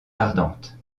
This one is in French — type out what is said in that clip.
ardente